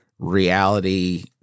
reality